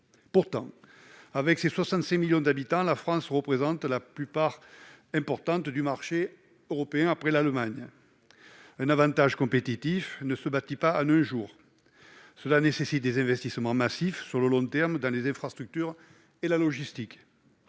différents. Avec ses 65 millions d'habitants, la France représente la part la plus importante du marché européen après l'Allemagne. Un avantage compétitif ne se bâtit pas en un jour. Cela nécessite des investissements massifs sur le long terme dans les infrastructures et la logistique.